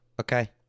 okay